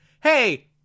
hey